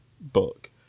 book